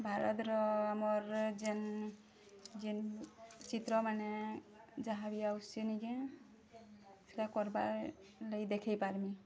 ଭାରତର ଆମର୍ ଯେନ୍ ଯେନ୍ ଚିତ୍ରମାନେ ଯାହା ବି ଆଉ ସି ନିକେ ଦେଖେଇ ପାରିମିଁ